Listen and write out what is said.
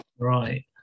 Right